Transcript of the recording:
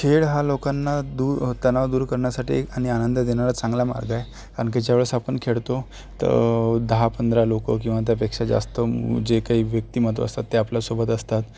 खेळ हा लोकांना दूर तणाव दूर करण्यासाठी आणि आनंद देणारा चांगला मार्ग आहे कारण की ज्या वेळेस आपण खेळतो तर दहा पंधरा लोक किंवा त्यापेक्षा जास्त जे काही व्यक्तिमत्व असतात ते आपल्यासोबत असतात